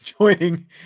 joining